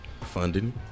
Funding